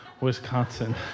Wisconsin